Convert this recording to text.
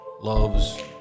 loves